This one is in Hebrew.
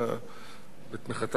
בתמיכתם של 18 חברי כנסת,